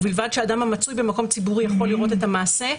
ובלבד שאדם המצוי במקום ציבורי יכול לראות את המעשה".